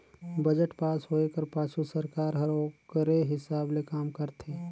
budget pass होए कर पाछू सरकार हर ओकरे हिसाब ले काम करथे